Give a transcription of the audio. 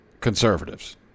conservatives